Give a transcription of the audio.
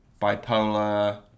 bipolar